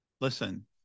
listen